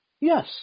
yes